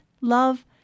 love